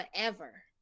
forever